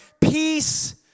peace